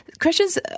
questions